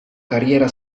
carriera